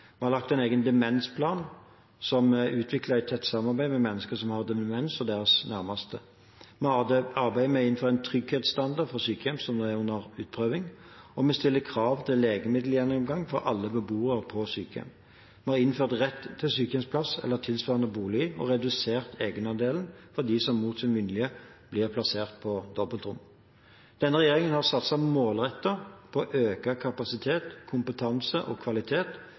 Vi har laget en egen demensplan, som er utviklet i et tett samarbeid med mennesker som har demens, og deres nærmeste. Vi arbeider med å innføre en trygghetsstandard for sykehjem, noe som er under utprøving. Vi stiller krav om en legemiddelgjennomgang for alle beboere på sykehjem. Vi har innført rett til sykehjemsplass eller tilsvarende bolig og redusert egenandelen for dem som mot sin vilje blir plassert på dobbeltrom. Denne regjeringen har satset målrettet på å øke kapasiteten, kompetansen og